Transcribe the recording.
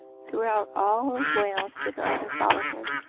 throughout all wales did arthur follow him,